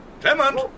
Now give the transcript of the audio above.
Clement